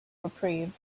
reprieve